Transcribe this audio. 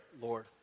Lord